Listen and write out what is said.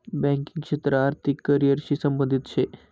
banking क्षेत्र आर्थिक career शी संबंधित शे